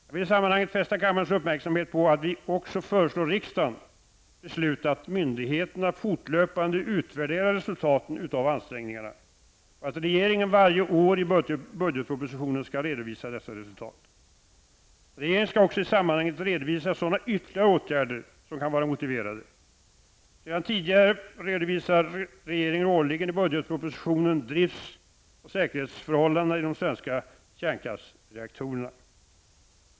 Jag vill i det sammanhanget fästa kammarens uppmärksamhet på att vi också föreslår att riksdagen skall besluta att myndigheterna fortlöpande utvärderar resultaten av ansträngningarna. Regeringen skall varje år i budgetpropositionen redovisa dessa frågor. Regeringen skall också i sammanhanget redovisa sådana ytterligare åtgärder som kan vara motiverade. Sedan tidigare redovisar regeringen årligen i budgetpropositionen drifts och säkerhetsförhållandena i de svenska kärnkraftsreaktorerna.